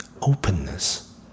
openness